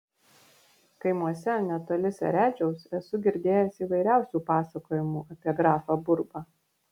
kaimuose netoli seredžiaus esu girdėjęs įvairiausių pasakojimų apie grafą burbą